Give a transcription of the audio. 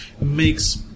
makes